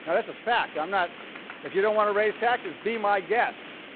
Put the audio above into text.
and that's a fact, i'm not if you don't want to raise taxes, be my guest,